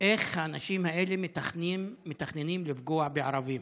לאיך שהאנשים האלה מתכננים לפגוע בערבים: